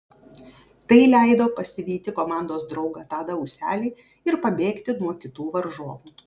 tai leido pasivyti komandos draugą tadą ūselį ir pabėgti nuo kitų varžovų